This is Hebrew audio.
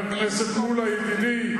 חבר הכנסת מולה, ידידי,